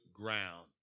ground